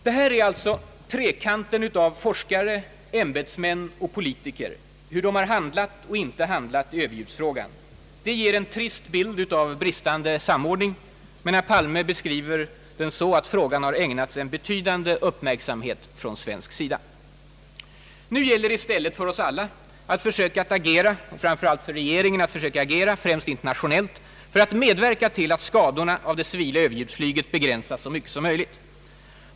Det här är alltså trekanten av forskare, ämbetsmän och politiker, hur de handlat och inte handlat i överljudsfrågan. Det ger en trist bild av bristande samordning. Men herr Palme beskriver den så att frågan har »ägnats en betydande uppmärksamhet från svensk sida». Nu gäller det i stället för regeringen att försöka agera, främst internationellt, för att medverka till att skadorna av det civila överljudsflyget begränsas så mycket som möjligt.